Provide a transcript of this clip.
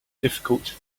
difficult